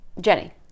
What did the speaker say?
Jenny